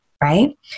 Right